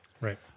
Right